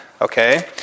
Okay